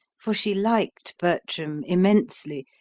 for she liked bertram immensely,